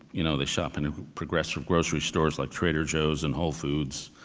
you know they shop and in progressive grocery stores like trader joe's and whole foods,